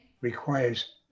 requires